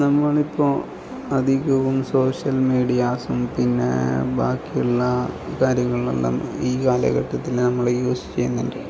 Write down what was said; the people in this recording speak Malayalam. നമ്മളിപ്പോൾ അധികവും സോഷ്യൽ മീഡിയാസും പിന്നെ ബാക്കിയുള്ള കാര്യങ്ങളെല്ലാം ഈ കാലഘട്ടത്തിൽ നമ്മൾ യൂസ് ചെയ്യുന്നുണ്ട്